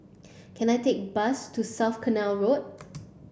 can I take a bus to South Canal Road